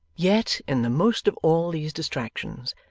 yet, in the most of all these distractions,